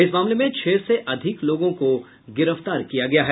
इस मामले में छह से अधिक लोगों को गिरफ्तार किया गया है